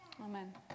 Amen